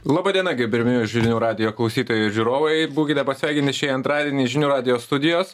laba diena gerbiami žinių radijo klausytojų žiūrovai būkite pasveikinti šį antradienį žinių radijo studijos